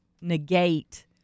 negate